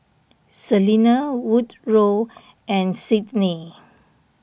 Selena Woodroe and Sydnee